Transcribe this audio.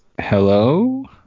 Hello